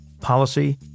policy